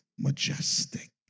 Majestic